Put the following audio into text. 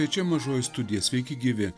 čia mažoji studija sveiki gyvi